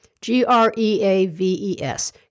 G-R-E-A-V-E-S